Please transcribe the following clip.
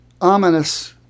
ominous